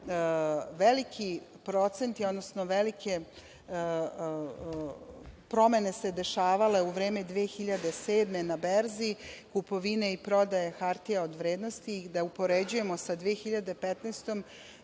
veliki procenti, odnosno velike promene se dešavale u vreme 2007. godine na berzi, kupovine i prodaje hartija od vrednosti, da upoređujemo sa 2015.